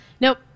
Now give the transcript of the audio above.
Nope